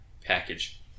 package